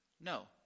No